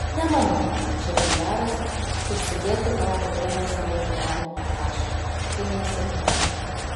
nemanau kad čia pijaras užsidėti tokią dėmę savo gyvenimo aprašyme tai nesėkmė